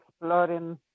exploring